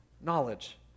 knowledge